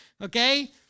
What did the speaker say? Okay